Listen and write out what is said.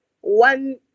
one